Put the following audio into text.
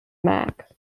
mack